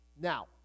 Now